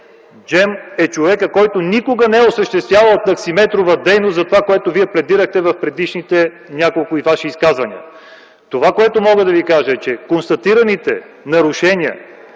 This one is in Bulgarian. Джем е човекът, който никога не е осъществявал таксиметрова дейност – това, за което вие пледирахте в предишните няколко ваши изказвания. Това, което мога да Ви кажа, е, че за констатираните нарушения,